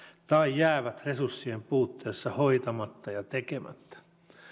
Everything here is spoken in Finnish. tai jäävät resurssien puutteessa hoitamatta ja tekemättä